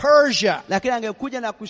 Persia